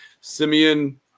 simeon